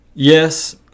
Yes